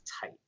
tight